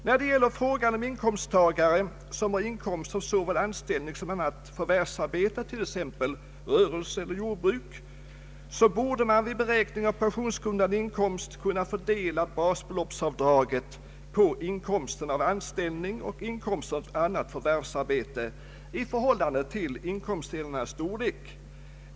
När det gäller frågan om inkomsttagare som har inkomst av såväl anställning som annat förvärvsarbete, t.ex. rörelse eller jordbruk, borde man vid beräkning av pensionsgrundande inkomst kunna fördela basbeloppsavdraget på inkomsten av anställning och inkomsten av annat förvärvsarbete i förhållande till inkomstdelarnas storlek.